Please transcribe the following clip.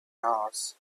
mars